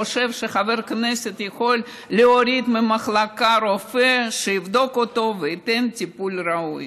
חושב שחבר כנסת יכול להוריד ממחלקה רופא שיבדוק אותו וייתן טיפול ראוי.